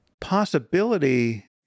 possibility